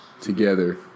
together